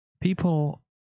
people